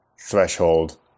Threshold